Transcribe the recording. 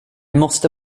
måste